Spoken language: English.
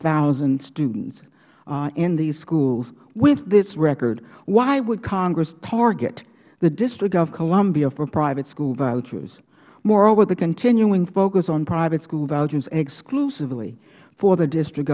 thousand students in these schools with this record why would congress target the district of columbia for private school vouchers moreover the continuing focus on private school vouchers exclusively for the district